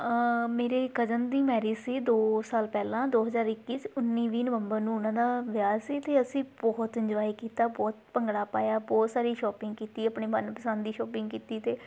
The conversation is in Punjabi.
ਮੇਰੇ ਕਜ਼ਨ ਦੀ ਮੈਰਿਜ਼ ਸੀ ਦੋ ਸਾਲ ਪਹਿਲਾਂ ਦੋ ਹਜ਼ਾਰ ਇੱਕੀ ਉੱਨੀ ਵੀਹ ਨਵੰਬਰ ਨੂੰ ਉਹਨਾਂ ਦਾ ਵਿਆਹ ਸੀ ਅਤੇ ਅਸੀਂ ਬਹੁਤ ਇੰਜੋਏ ਕੀਤਾ ਬਹੁਤ ਭੰਗੜਾ ਪਾਇਆ ਬਹੁਤ ਸਾਰੀ ਸ਼ੋਪਿੰਗ ਕੀਤੀ ਆਪਣੇ ਮਨ ਪਸੰਦ ਦੀ ਸ਼ੋਪਿੰਗ ਕੀਤੀ ਅਤੇ